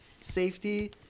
safety